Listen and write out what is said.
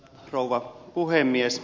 rouva puhemies